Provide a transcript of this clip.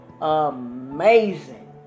amazing